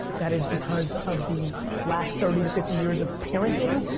that is because of the last thirty to fifty years of parenting,